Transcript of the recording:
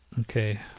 Okay